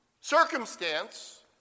circumstance